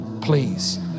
please